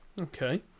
okay